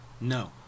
no